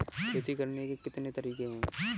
खेती करने के कितने तरीके हैं?